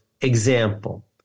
Example